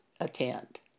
attend